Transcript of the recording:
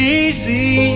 easy